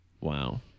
Wow